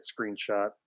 screenshot